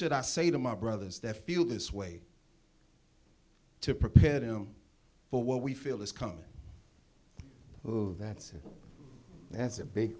should i say to my brothers that feel this way to prepare them for what we feel is coming well that's that's a big